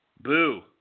Boo